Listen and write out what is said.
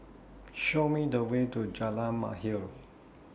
Show Me The Way to Jalan Mahir